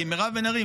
כי מירב בן ארי,